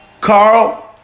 Carl